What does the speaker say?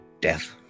Death